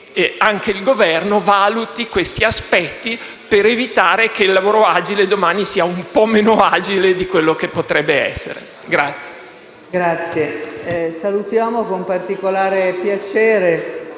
anche il Governo valuti questi aspetti, per evitare che il lavoro agile di domani sia un po' meno agile di quello che potrebbe essere. **Saluto